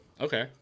Okay